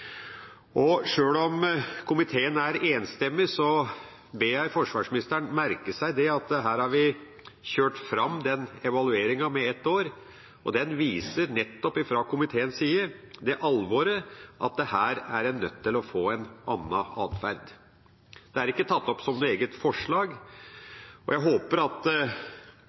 Sjøl om komiteen er enstemmig, ber jeg forsvarsministeren merke seg at her har vi kjørt fram evalueringen med ett år, og den viser fra komiteens side nettopp det alvoret at her er en nødt til å få en annen atferd. Det er ikke tatt opp som noe eget forslag, og jeg håper at